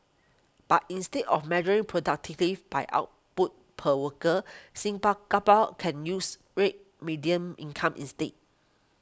but instead of measuring productivity by output per worker can use real median income instead